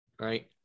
right